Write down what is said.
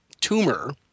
tumor